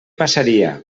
passaria